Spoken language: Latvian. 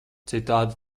citādi